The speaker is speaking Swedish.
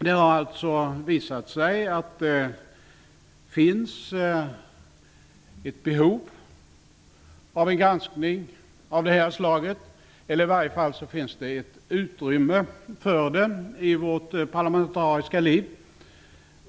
Det har visat sig att det finns ett behov av en granskning av det här slaget. I varje fall finns det ett utrymme för den i vårt parlamentariska liv.